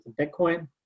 Bitcoin